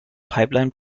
pipeline